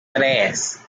tres